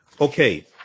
Okay